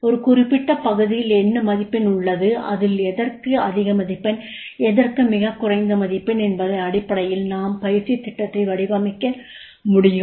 ஒரு குறிப்பிட்ட பகுதியில் என்ன மதிப்பெண் உள்ளது அதில் எதற்கு அதிக மதிப்பெண் எதற்கு மிகக் குறைந்த மதிப்பெண் என்பதன் அடிப்படையில் நாம் பயிற்சி திட்டத்தை வடிவமைக்க முடியும்